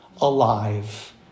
alive